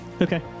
okay